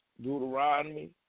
Deuteronomy